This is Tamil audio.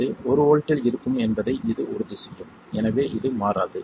இது ஒரு வோல்ட்டில் இருக்கும் என்பதை இது உறுதி செய்யும் எனவே இது மாறாது